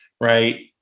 right